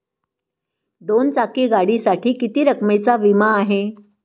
दोन चाकी गाडीसाठी किती रकमेचा विमा आहे?